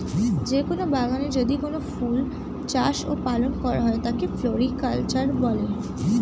যে কোন বাগানে যদি কোনো ফুল চাষ ও পালন করা হয় তাকে ফ্লোরিকালচার বলে